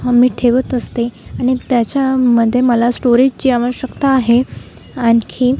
हा मी ठेवत असते आणि त्याच्यामध्ये मला स्टोरेजची आवश्यकता आहे आणखी